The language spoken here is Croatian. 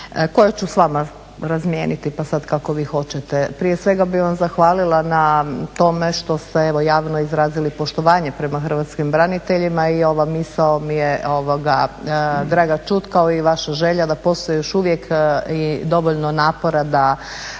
koje ću s vama razmijeniti pa sada kako vi hoćete. Prije svega bih vam zahvalila na tome što ste evo javno izrazili poštovanje prema hrvatskim braniteljima i ova misao mi je draga čuti kao i vaša želja da postoji još uvijek i dovoljno napora da